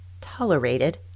tolerated